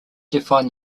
define